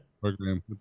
program